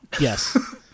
Yes